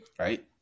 right